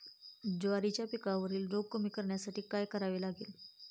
ज्वारीच्या पिकावरील रोग कमी करण्यासाठी काय करावे लागेल?